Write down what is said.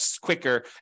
quicker